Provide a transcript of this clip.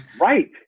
Right